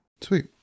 Sweet